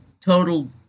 total